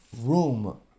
room